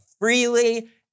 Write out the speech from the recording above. freely